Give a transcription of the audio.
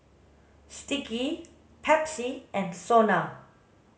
sticky Pepsi and SONA